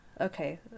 okay